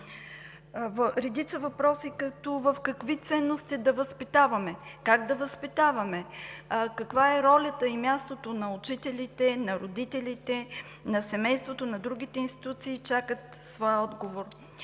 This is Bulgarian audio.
Редица въпроси, като: в какви ценности да възпитаваме, как да възпитаваме, каква е ролята и мястото на учителите, на родителите, на семейството, на другите институции, чакат своя отговор.